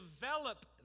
develop